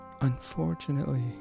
Unfortunately